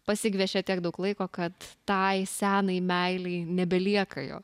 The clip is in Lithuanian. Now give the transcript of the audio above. pasigviešia tiek daug laiko kad tai senai meilei nebelieka jo